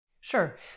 Sure